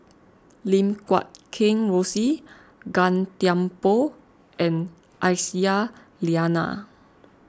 Lim Guat Kheng Rosie Gan Thiam Poh and Aisyah Lyana